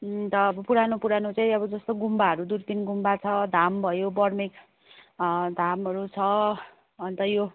अन्त अब पुरानो पुरानो चाहिँ अब जस्तो गुम्बाहरू दुर्पिन गुम्बाहरू धाम भयो बर्मेक धामहरू छ अन्त यो